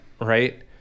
right